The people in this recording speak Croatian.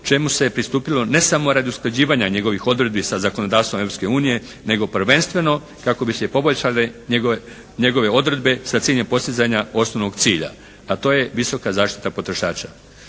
čemu se je pristupilo ne samo radi usklađivanja njegovih odredbi sa zakonodavstvom Europske unije, nego prvenstveno kako bi se i poboljšale njegove odredbe sa ciljem postizanja osnovnog cilja, a to je visoka zaštita potrošača.